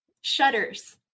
Shutters